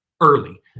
early